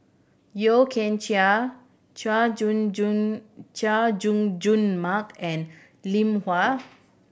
Yeo Kian Chai Chay Jung Jun Chay Jung Jun Mark and Lim Yau